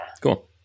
Cool